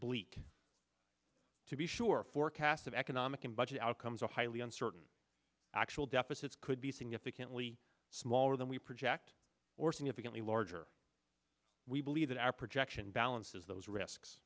by leak to be sure forecasts of economic and budget outcomes are highly uncertain actual deficits could be significantly smaller than we project or significantly larger we believe that our projection balances those risks